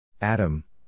Adam